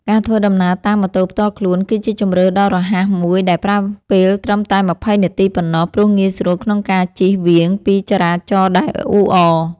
ការធ្វើដំណើរតាមម៉ូតូផ្ទាល់ខ្លួន គឺជាជម្រើសដ៏រហ័សមួយដែលប្រើពេលត្រឹមតែ ២០ នាទីប៉ុណ្ណោះ ព្រោះងាយស្រួលក្នុងការជិះវាងពីចរាចរណ៍ដែលអ៊ូអរ។